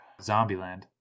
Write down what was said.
Zombieland